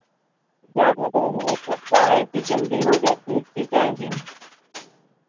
ज़्यादा देर में ये करता है कि जल्दी हो जाती इसकी चार्जिंग